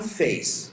face